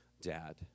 dad